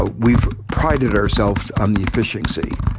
ah we've prided ourselves on the efficiency,